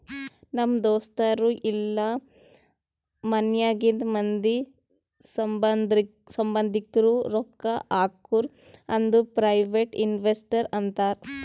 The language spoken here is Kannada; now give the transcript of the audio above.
ನಮ್ ದೋಸ್ತರು ಇಲ್ಲಾ ಮನ್ಯಾಗಿಂದ್ ಮಂದಿ, ಸಂಭಂದಿಕ್ರು ರೊಕ್ಕಾ ಹಾಕುರ್ ಅಂದುರ್ ಪ್ರೈವೇಟ್ ಇನ್ವೆಸ್ಟರ್ ಅಂತಾರ್